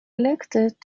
elected